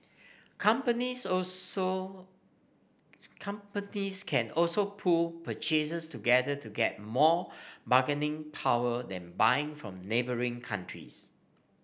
companies also companies can also pool purchases together to get more bargaining power then buying from neighbouring countries